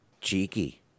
cheeky